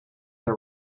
are